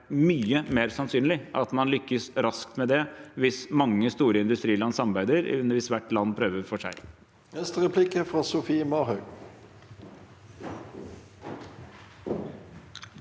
mye mer sannsynlig at man lykkes raskt med det hvis mange store industriland samarbeider, enn hvis hvert land prøver for seg.